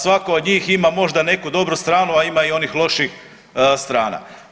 Svatko od njih ima možda neku dobru stranu, a ima i onih loših strana.